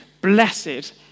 Blessed